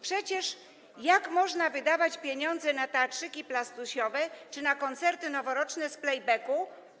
Przecież jak można wydawać pieniądze na teatrzyki plastusiowe czy na koncerty noworoczne z playbacku?